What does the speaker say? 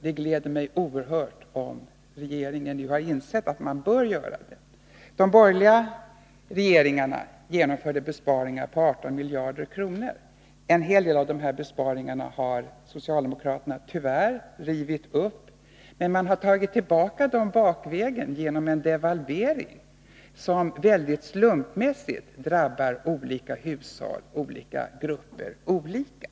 Det gläder mig oerhört om regeringen nu har insett att man bör göra det. De borgerliga regeringarna genomförde besparingar på 18 miljarder kronor. En hel del av de besparingarna har socialdemokraterna tyvärr rivit upp, men man har tagit tillbaka pengarna bakvägen genom en devalvering som väldigt slumpmässigt drabbar skilda hushåll och skilda grupper olika.